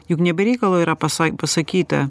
juk ne be reikalo yra pasa pasakyta